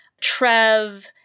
Trev